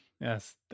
Yes